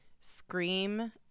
scream